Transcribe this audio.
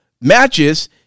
matches